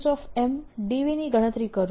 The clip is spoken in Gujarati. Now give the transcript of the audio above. MdV ની ગણતરી કરું